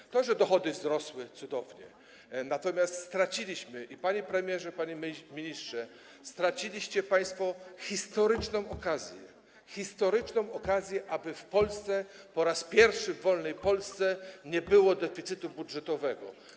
To cudownie, że dochody wzrosły, natomiast straciliśmy, panie premierze, panie ministrze, straciliście państwo, historyczną okazję - historyczną okazję - aby w Polsce, po raz pierwszy w wolnej Polsce, nie było deficytu budżetowego.